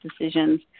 decisions